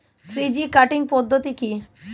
Three G cutting পদ্ধতি কি?